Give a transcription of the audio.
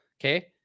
Okay